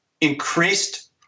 increased